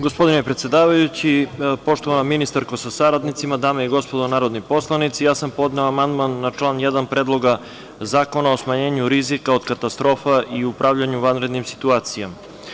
Gospodine predsedavajući, poštovana ministarko sa saradnicima, dame i gospodo narodni poslanici, ja sam podneo amandman na član 1. Predloga zakona o smanjenju rizika od katastrofa i upravljanju vanrednim situacijama.